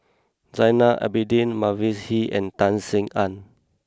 Zainal Abidin Mavis Hee and Tan Sin Aun